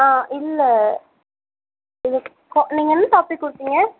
ஆ இல்லை இது நீங்கள் எந்த டாபிக் கொடுத்தீங்க